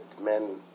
men